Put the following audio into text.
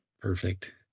Perfect